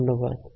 ধন্যবাদ